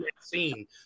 scene